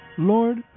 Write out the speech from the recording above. Lord